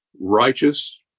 righteous